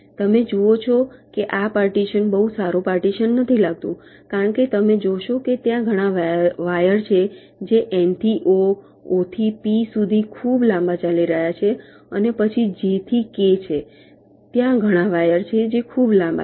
તમે જુઓ છો કે આ પાર્ટીશન બહુ સારું પાર્ટીશન નથી લાગતું કારણ કે તમે જોશો કે ત્યાં ઘણા વાયર છે જે N થી O O થી P સુધી ખૂબ લાંબા ચાલી રહ્યા છે અને પછી J થી K છે ત્યાં ઘણા વાયર છે જે ખૂબ લાંબા છે